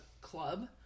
club